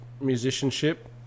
musicianship